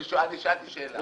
אני שאלתי שאלה.